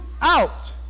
out